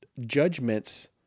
judgments